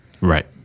Right